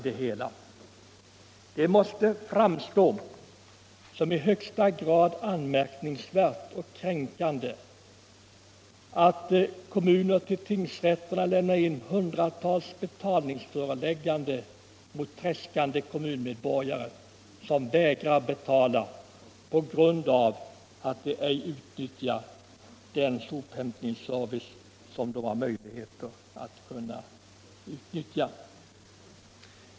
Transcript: Det måste framstå som i högsta grad anmärkningsvärt och kränkande att kommuner till tingsrätterna lämnar in hundratals betalningsförelägganden mot tredskande kommunmedborgare, som vägrar betala på grund av att de ej utnyttjat sophämtningsservicen.